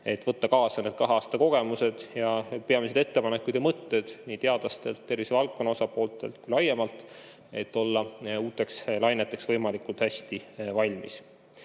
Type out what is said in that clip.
et võtta kaasa need kahe aasta kogemused ning peamised ettepanekud ja mõtted nii teadlastelt, tervisevaldkonna osapooltelt kui ka laiemalt, et olla uuteks laineteks võimalikult hästi